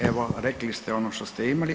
Evo, rekli ste ono što ste imali.